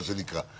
מה שנקרא.